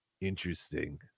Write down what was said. Interesting